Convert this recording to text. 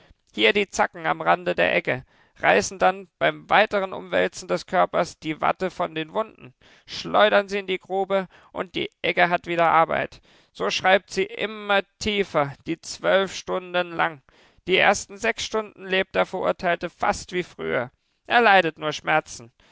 hier die zacken am rande der egge reißen dann beim weiteren umwälzen des körpers die watte von den wunden schleudern sie in die grube und die egge hat wieder arbeit so schreibt sie immer tiefer die zwölf stunden lang die ersten sechs stunden lebt der verurteilte fast wie früher er leidet nur schmerzen